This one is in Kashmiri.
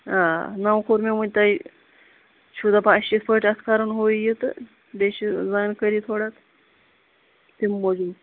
آ نَو کوٚر مےٚ وۅنۍ تۅہہِ چھُو دَپان اسہِ چھِ یتھٕ پٲٹھۍ اتھ کرُن ہُہ یہِ تہٕ بیٚیہِ چِھوٕ زانٚکاری تھوڑا تَمہِ موٗجوٗب